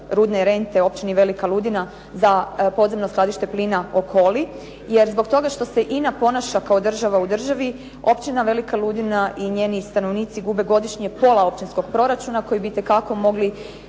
rudne rente općini Velika Ludina za podzemno skladište pline Okoli jer zbog toga što se INA ponaša kao država u državi općina Velika Ludina i njeni stanovnici gube godišnje pola općinskog proračuna koji bi itekako mogli